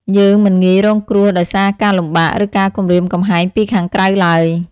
យើងមិនងាយរងគ្រោះដោយសារការលំបាក ឬការគំរាមកំហែងពីខាងក្រៅឡើយ។